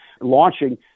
launching